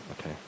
Okay